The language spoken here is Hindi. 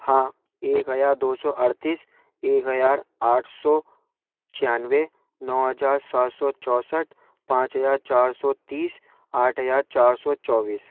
हाँ एक हजार दो सौ अड़तीस एक हजार आठ सौ छियानवे नौ हजार सात सौ चौसठ पाँच हजार चार सौ तीस आठ हजार चार सौ चौबीस